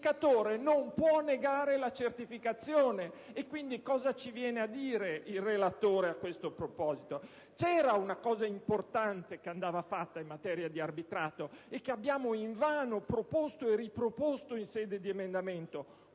non può negare la certificazione. Dunque, che cosa ci viene a dire il relatore a questo proposito? C'era una cosa importante che andava fatta in materia di arbitrato e che abbiamo invano proposto e riproposto in sede di emendamento: